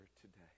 today